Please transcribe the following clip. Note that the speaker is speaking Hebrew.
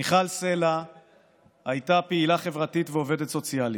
מיכל סלה הייתה פעילה חברתית ועובדת סוציאלית.